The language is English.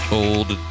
old